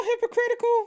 hypocritical